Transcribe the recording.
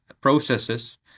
processes